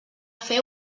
fer